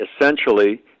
essentially